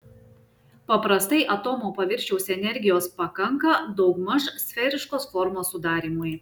paprastai atomo paviršiaus energijos pakanka daugmaž sferiškos formos sudarymui